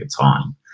time